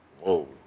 Whoa